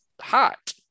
hot